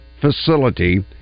facility